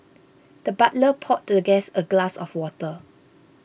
the butler poured the guest a glass of water